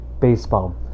Baseball